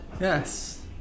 Yes